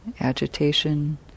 agitation